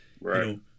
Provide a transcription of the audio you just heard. Right